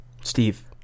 Steve